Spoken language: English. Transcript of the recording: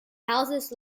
houses